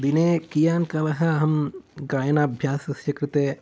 दिने कियान् कालः अहं गायनाभ्यासस्य कृते